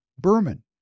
Berman